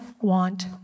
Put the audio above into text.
want